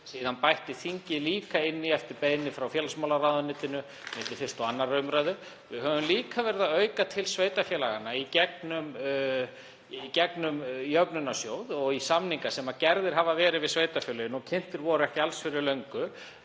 síðan bætti þingið líka inn í eftir beiðni frá félagsmálaráðuneytinu milli 1. og 2. umr. Við höfum líka verið að auka til sveitarfélaganna í gegnum jöfnunarsjóð og í samninga sem gerðir hafa verið við sveitarfélögin og kynntir voru ekki alls fyrir löngu